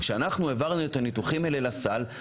כשאנחנו העברנו את הניתוחים האלה לסל,